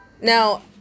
now